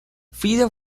freedom